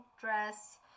dress